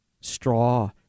straw